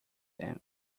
them